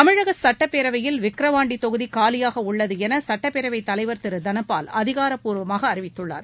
தமிழக சுட்டப்பேரவையில் விக்கிரவாண்டி தொகுதி காலியாக உள்ளது என சுட்டப்பேரவைத் தலைவர் திரு தனபால் அதிகாரப்பூர்வமாக அறிவித்துள்ளார்